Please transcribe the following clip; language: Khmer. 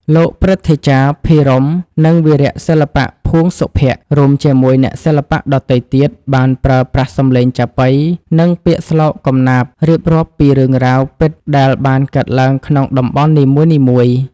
លោកព្រឹទ្ធាចារ្យ ភិរម្យ និងវីរៈសិល្បៈ ភួង សុភ័ក្ត្រ រួមជាមួយអ្នកសិល្បៈដទៃទៀត បានប្រើប្រាស់សម្លេងចាប៉ី និងពាក្យស្លោក កំណាព្យ រៀបរាប់ពីរឿងរ៉ាវពិតដែលបានកើតឡើងក្នុងតំបន់នីមួយៗ។